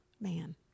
Man